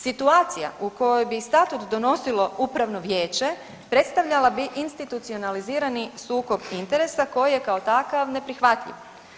Situacija u kojoj bi statut donosilo upravno vijeće predstavljala bi institucionalizirani sukob interesa koji je kao takav neprihvatljiv.